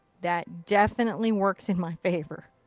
that definitely works in my favor.